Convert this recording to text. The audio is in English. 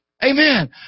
Amen